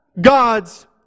God's